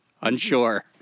unsure